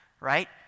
right